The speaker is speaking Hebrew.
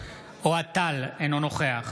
אוהד טל, אינו נוכח